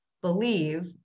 believe